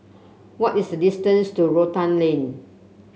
what is the distance to Rotan Lane